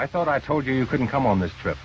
i thought i told you you couldn't come on the trip